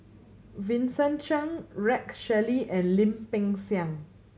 Vincent Cheng Rex Shelley and Lim Peng Siang